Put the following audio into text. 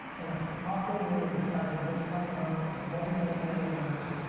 in a fucking room, the size of this fucking office. multiple family members,